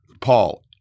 Paul